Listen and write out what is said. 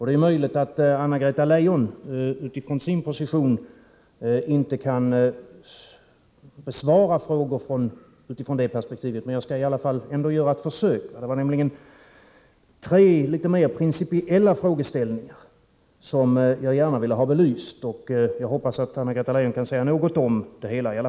Det är möjligt att Anna-Greta Leijon i sin position inte kan besvara frågor som ställs utifrån det perspektivet, men jag skall ändå framföra dem. Det är tre principiella frågeställningar som jag gärna vill ha belysta, och jag hoppas att Anna-Greta Leijon kan säga något om det hela.